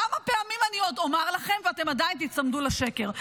כמה פעמים אני עוד אומר לכם ואתם עדיין תיצמדו לשקר.